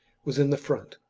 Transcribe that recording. was in the front.